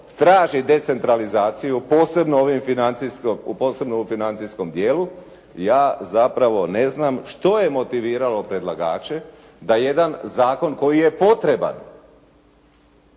traži decentralizaciju posebno u financijskom dijelu, ja zapravo ne znam što je motiviralo predlagače da jedan zakon koji je potreban